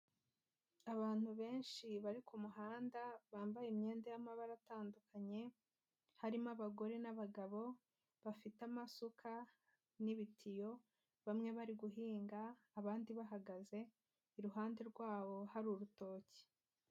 Abantu benshi bari ku muhanda, bambaye imyenda y'amabara atandukanye, harimo abagore n'abagabo, bafite amasuka n'ibitiyo, bamwe bari guhinga, abandi bahagaze, iruhande rwabo hari urutoki.